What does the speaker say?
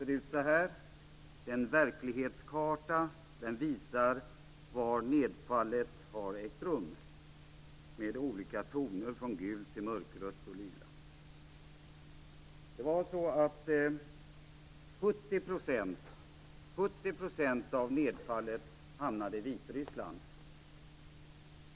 Det är en verklighetskarta som med olika toner - från gult till mörkrött och lila - visar var nedfallet har hamnat. 70 % av nedfallet hamnade i Vitryssland.